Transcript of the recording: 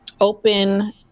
open